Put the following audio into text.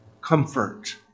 comfort